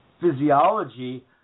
physiology